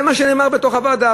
זה מה שנאמר בוועדה,